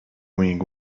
wing